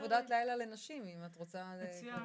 לנשים לעבוד ולהיות שוות לגברים ושוות גם לנשים אחרות.